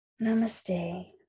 Namaste